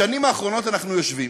בשנים האחרונות אנחנו יושבים,